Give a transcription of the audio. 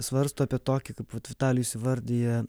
svarsto apie tokį kaip vat vitalijus įvardija